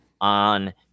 on